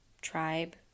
tribe